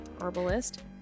herbalist